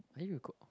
are you